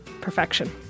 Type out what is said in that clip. perfection